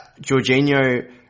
Jorginho